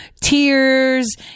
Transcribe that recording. tears